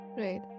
Right